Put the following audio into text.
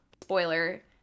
spoiler